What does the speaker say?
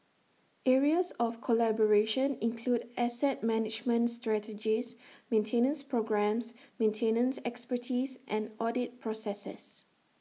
areas of collaboration include asset management strategies maintenance programmes maintenance expertise and audit processes